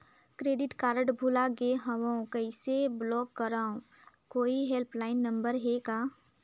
Credit card भुला गे हववं कइसे ब्लाक करव? कोई हेल्पलाइन नंबर हे का?